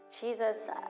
Jesus